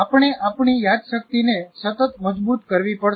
આપણે આપણી યાદશક્તિને સતત મજબૂત કરવી પડશે